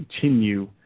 continue